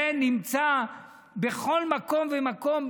זה נמצא בכל מקום ומקום,